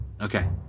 Okay